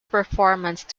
performance